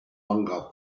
manga